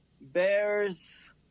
Bears